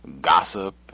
gossip